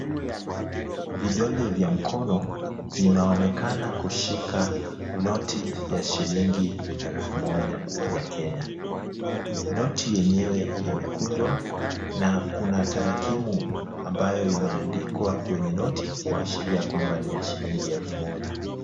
Vidole vya mkono, vinaonekana kushika noti ya shilingi elfu moja ya Kenya, noti yenyewe imekunjwa na kuna tarakimu ambayo imeandikwa kwenye noti kuashiria kwamba ni ya shilingi elfu moja.